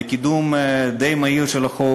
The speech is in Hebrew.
על קידום די מהיר של החוק.